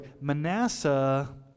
Manasseh